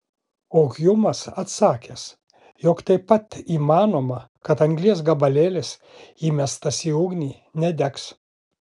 o hjumas atsakęs jog taip pat įmanoma kad anglies gabalėlis įmestas į ugnį nedegs